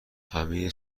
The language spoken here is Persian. همه